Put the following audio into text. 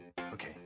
Okay